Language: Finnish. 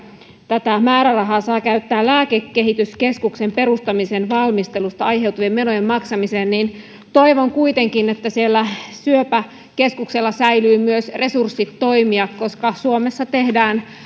tätä määrärahaa saa käyttää lääkekehityskeskuksen perustamisen valmistelusta aiheutuvien menojen maksamiseen toivon kuitenkin että syöpäkeskuksella säilyvät myös resurssit toimia koska suomessa tehdään